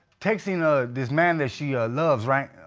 texting ah this man that she loves, right,